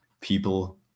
people